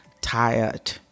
tired